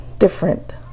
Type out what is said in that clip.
different